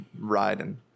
riding –